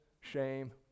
shame